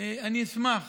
אני אשמח